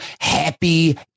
happy